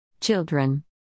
Children